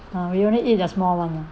ah we only eat the small one mah